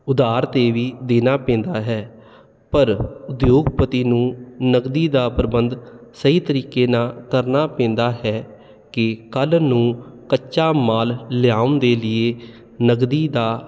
ਉਧਾਰ 'ਤੇ ਵੀ ਦੇਣਾ ਪੈਂਦਾ ਹੈ ਪਰ ਉਦਯੋਗਪਤੀ ਨੂੰ ਨਕਦੀ ਦਾ ਪ੍ਰਬੰਧ ਸਹੀ ਤਰੀਕੇ ਨਾਲ ਕਰਨਾ ਪੈਂਦਾ ਹੈ ਕਿ ਕੱਲ੍ਹ ਨੂੰ ਕੱਚਾ ਮਾਲ ਲਿਆਉਣ ਦੇ ਲੀਏ ਨਕਦੀ ਦਾ